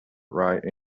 write